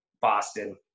Boston